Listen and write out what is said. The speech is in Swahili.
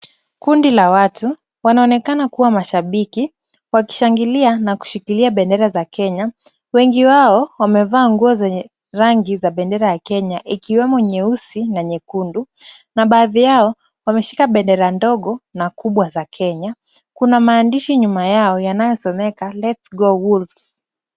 Kundi la watu wanaonekana kuwa mashabiki wakishangilia na kushikilia bendera za kenya. Wengi wao wamevaa nguo zenye rangi za bendera ya kenya ikiwemo nyeusi na nyekundu na baadhi yao wamesika bendera ndogo na kubwa za Kenya. Kuna maandishi nyuma yao yanayosomeka Let's go Wolf .